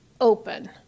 open